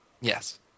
Yes